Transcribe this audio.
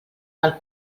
pel